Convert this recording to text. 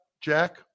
Jack